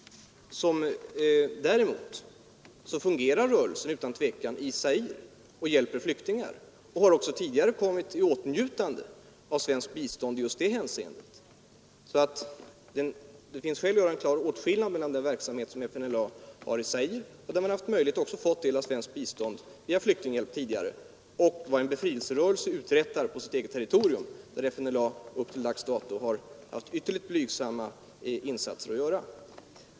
Däremot fungerar rörelsen utan tvivel i Zaire och hjälper flyktingar, och den har också tidigare kommit i åtnjutande av svenskt bistånd i just det hänseendet. Det finns därför skäl att göra en klar åtskillnad mellan den verksamhet som FNLA bedriver i Zaire — där man också har haft möjlighet att få del av svenskt bistånd via flyktinghjälp tidigare — och vad en befrielserörelse uträttar på sitt eget territorium, där FNLA till dags dato har haft ytterligt blygsamma insatser att göra.